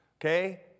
okay